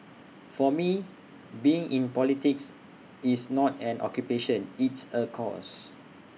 for me being in politics is not an occupation it's A cause